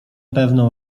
pewną